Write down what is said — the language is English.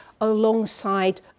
alongside